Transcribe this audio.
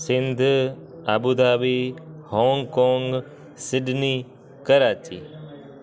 Sindh Abu Dhabi Hong Kong Sydney Karachi